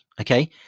Okay